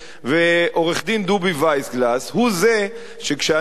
ועורך-הדין דובי וייסגלס הוא זה שכשאני,